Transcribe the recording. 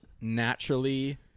naturally